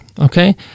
okay